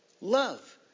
love